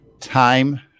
time